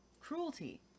cruelty